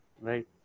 right